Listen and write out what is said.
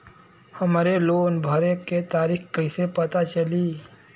हमरे लोन भरे के तारीख कईसे पता चली?